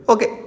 Okay